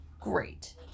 Great